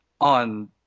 on